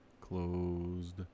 Closed